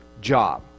job